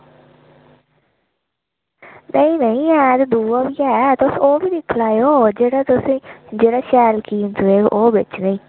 नेईं नेईं दूआ बी ऐ तुस ओह्बी दिक्खी लैयो जेह्ड़ा तुसेंगी जेह्ड़ा शैल कीमत देग ओह् बेचना ई